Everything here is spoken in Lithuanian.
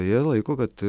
jie laiko kad